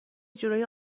جورایی